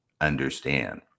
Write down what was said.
understand